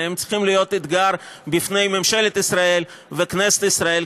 אלא הן צריכות להיות אתגר בפני ממשלת ישראל וכנסת ישראל,